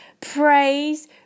Praise